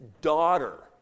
daughter